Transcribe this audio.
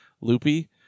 loopy